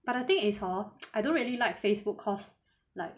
but the thing is hor I don't really like Facebook cause like